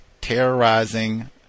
terrorizing